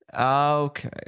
okay